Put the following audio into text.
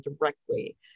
directly